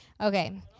Okay